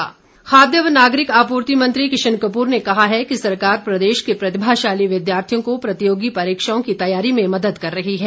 किशन कप्र खाद्य व नागरिक आपूर्ति मंत्री किशन कपूर ने कहा है कि सरकार प्रदेश के प्रतिभाशाली विद्यार्थियों को प्रतियोगी परीक्षाओं की तैयारी में मदद कर रही है